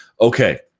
okay